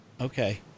Okay